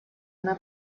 una